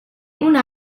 una